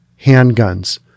handguns